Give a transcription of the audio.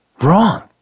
wrong